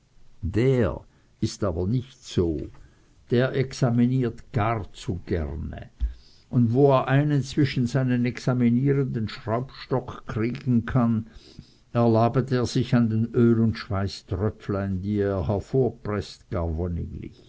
der aber nicht also der examiniert gar zu gerne und wo er einen zwischen seinen examinierenden schraubstock kriegen kann erlabet er sich an den öl und schweißtröpflein die er